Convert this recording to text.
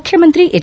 ಮುಖ್ಯಮಂತ್ರಿ ಎಚ್